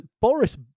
Boris